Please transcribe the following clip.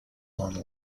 one